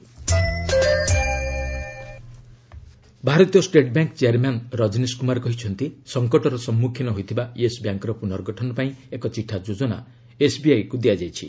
SBI chairman ଭାରତୀୟ state bank chairman Rajnish Kumar କହିଛନ୍ତି ସଙ୍କଟର ସମ୍ମୁଖୀନ ହୋଇଥିବା ୟେସ୍ ବ୍ୟାଙ୍କ୍ର ପୁନର୍ଗଠନପାଇଁ ଏକ ଚିଠା ଯୋଜନା ଏସ୍ବିଆଇକୁ ଦିଆଯାଇଛି